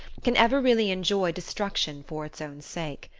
can ever really enjoy destruction for its own sake.